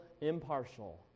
impartial